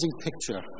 picture